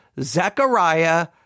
Zechariah